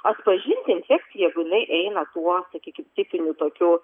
atpažinti infekciją jeigu jinai eina tuo sakykim tipiniu tokiu